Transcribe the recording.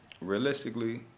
realistically